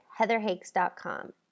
heatherhakes.com